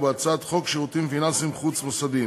ובהצעת חוק שירותים פיננסיים חוץ-מוסדיים.